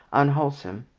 unwholesome,